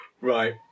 right